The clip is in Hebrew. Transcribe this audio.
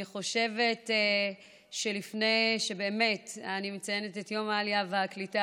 אני חושבת שלפני שאני מציינת את יום העלייה והקליטה